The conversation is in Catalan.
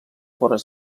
fort